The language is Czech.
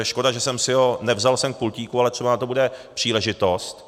Škoda, že jsem si ho nevzal sem k pultíku, ale třeba na to bude příležitost.